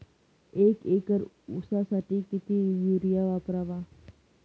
एक एकर ऊसासाठी किती युरिया वापरावा?